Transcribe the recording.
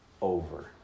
over